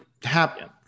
Happen